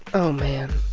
oh, man.